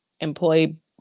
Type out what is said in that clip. employee